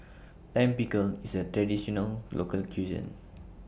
Lime Pickle IS A Traditional Local Cuisine